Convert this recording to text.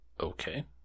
Okay